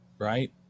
Right